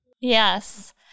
Yes